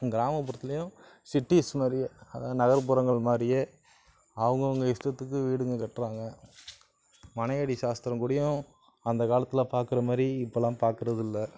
கிராமப்புறத்துலேயும் cities மாதிரியே அதுதான் நகர்புறங்கள் மாதிரியே அவங்கவுங்க இஸ்டத்துக்கு வீடுங்க கட்டுறாங்க மனையடி சாஸ்திரம் கூடையும் அந்த காலத்தில் பார்க்கற மாதிரி இப்பெல்லாம் பார்க்கறது இல்லை